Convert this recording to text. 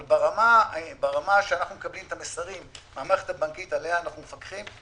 אבל ברמה שאנחנו מקבלים את המסרים מהמערכת הבנקאית שעליה אנחנו מפקחים,